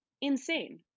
insane